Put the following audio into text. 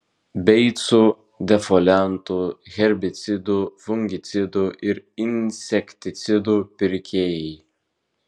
beicų defoliantų herbicidų fungicidų ir insekticidų pirkėjai